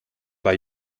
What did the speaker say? bei